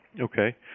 Okay